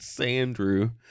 Andrew